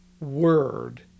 word